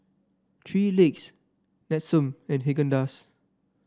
Three Legs Nestum and Haagen Dazs